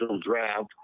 draft